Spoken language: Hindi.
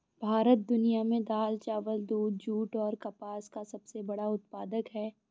भारत दुनिया में दाल, चावल, दूध, जूट और कपास का सबसे बड़ा उत्पादक है